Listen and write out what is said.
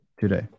today